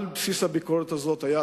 על בסיס הביקורת הזאת היו